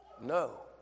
No